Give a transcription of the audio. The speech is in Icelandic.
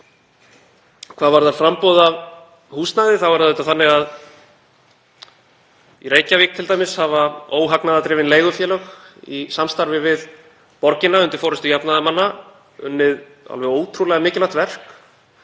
Hvað varðar framboð af húsnæði þá er það þannig að í Reykjavík t.d. hafa óhagnaðardrifin leigufélög, í samstarfi við borgina, undir forystu jafnaðarmanna, unnið ótrúlega mikilvægt verk.